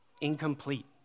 incomplete